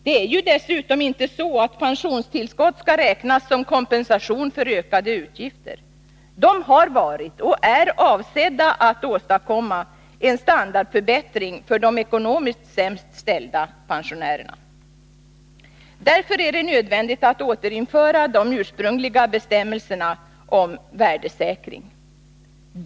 Det är ju dessutom inte så, att pensionstillskott skall räknas som kompensation för ökade utgifter. De har varit och är avsedda att åstadkomma en standardförbättring för de ekonomiskt sämst ställda pensionärerna. Därför är det nödvändigt att återinföra de ursprungliga bestämmelserna om värdesäkring.